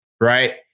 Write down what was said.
Right